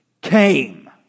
came